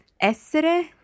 essere